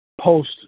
post